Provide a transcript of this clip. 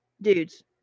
dudes